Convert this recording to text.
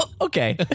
Okay